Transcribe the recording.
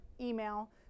email